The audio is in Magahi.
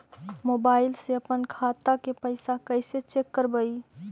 मोबाईल से अपन खाता के पैसा कैसे चेक करबई?